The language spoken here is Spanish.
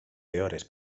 peores